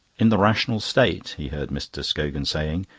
in the rational state, he heard mr. scogan saying,